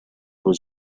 was